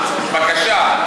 בקשה,